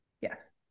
yes